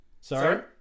Sorry